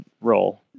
role